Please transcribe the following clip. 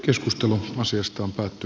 keskustelu asiasta päätti